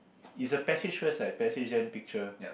is a passage first right passage then picture